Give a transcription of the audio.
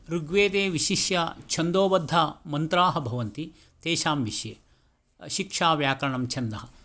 ऋग्वेदे विशिष्यछन्दोबद्धाः मन्त्राः भवन्ति तेषां विषये शिक्षा व्याकरणं छन्दः